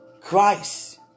Christ